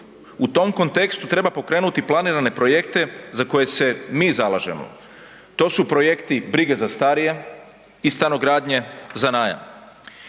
U tom kontekstu treba pokrenuti planirane projekte za koje se mi zalažemo. To su projekti brige za starije i stanogradnje za najam.